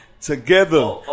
Together